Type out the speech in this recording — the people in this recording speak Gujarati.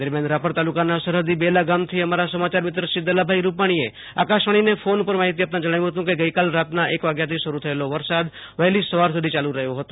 દરમિયાન રાપર તાલુકાના સરહદી બેલા ગામથી અમારા સમાયારમિત્ર શ્રી દલાભાઈ રૂપાણીએ આકાશવાણીને ફોન પર માહિતી આપતા જણાવ્યું હતું કે ગઈકાલ રાતના એક વાગ્યાથી શરૂ થયેલ વરસાદ વહેલી સવાર સુધી ચાલુ રહ્યો હતો